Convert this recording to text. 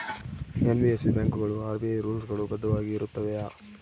NBFC ಬ್ಯಾಂಕುಗಳು RBI rules ಗಳು ಬದ್ಧವಾಗಿ ಇರುತ್ತವೆಯ?